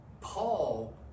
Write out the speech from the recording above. Paul